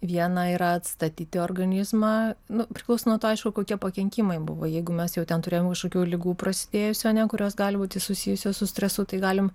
viena yra atstatyti organizmą nu priklauso nuo to aišku kokie pakenkimai buvo jeigu mes jau ten turėjom kažkokių ligų prasidėjusių ar ne kurios gali būti susijusios su stresu tai galim